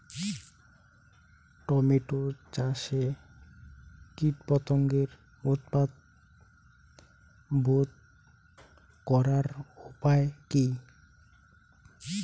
Tomato চাষে কীটপতঙ্গের উৎপাত রোধ করার উপায় কী?